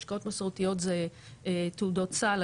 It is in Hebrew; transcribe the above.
השקעות מסורתיות זה תעודות סל,